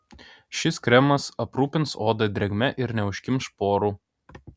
šis kremas aprūpins odą drėgme ir neužkimš porų